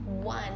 one